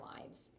lives